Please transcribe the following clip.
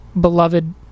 beloved